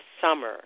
Summer